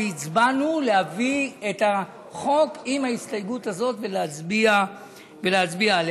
והצבענו על להביא את החוק עם ההסתייגות הזאת ולהצביע עליה.